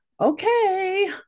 Okay